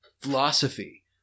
philosophy